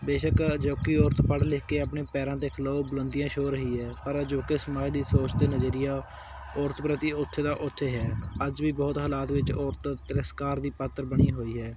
ਬੇਸ਼ੱਕ ਅਜੋਕੀ ਔਰਤ ਪੜ੍ਹ ਲਿਖ ਕੇ ਆਪਣੇ ਪੈਰਾਂ 'ਤੇ ਖਲੋ ਬੁਲੰਦੀਆਂ ਛੋਹ ਰਹੀ ਹੈ ਪਰ ਅਜੋਕੇ ਸਮਾਜ ਦੀ ਸੋਚ ਅਤੇ ਨਜ਼ਰੀਆ ਔਰਤ ਪ੍ਰਤੀ ਉੱਥੇ ਦਾ ਉੱਥੇ ਹੈ ਅੱਜ ਵੀ ਬਹੁਤ ਹਾਲਾਤ ਵਿੱਚ ਔਰਤ ਤ੍ਰਿਸਕਾਰ ਦੀ ਪਾਤਰ ਬਣੀ ਹੋਈ ਹੈ